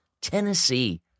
Tennessee